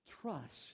Trust